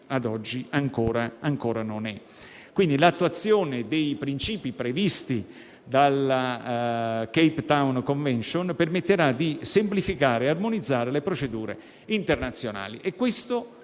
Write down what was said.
l'attuazione dei principi previsti dalla Convenzione di Cape Town permetterà di semplificare e armonizzare le procedure internazionali